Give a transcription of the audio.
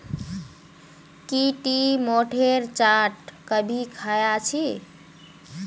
की टी मोठेर चाट कभी ख़या छि